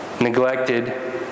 neglected